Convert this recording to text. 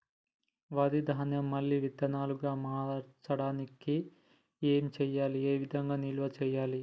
వరి ధాన్యము మళ్ళీ విత్తనాలు గా మార్చడానికి ఏం చేయాలి ఏ విధంగా నిల్వ చేయాలి?